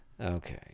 Okay